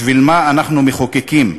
בשביל מה אנחנו מחוקקים?